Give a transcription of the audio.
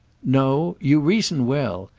no you reason well!